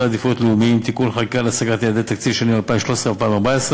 עדיפויות לאומיים (תיקוני חקיקה להשגת יעדי התקציב לשנים 2013 ו-2014),